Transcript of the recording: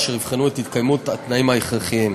אשר יבחנו את התקיימות התנאים ההכרחיים.